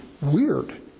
weird